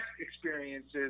experiences